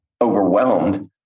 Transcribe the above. overwhelmed